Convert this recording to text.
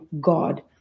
God